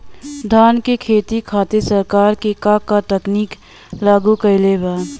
धान क खेती खातिर सरकार का का तकनीक लागू कईले बा?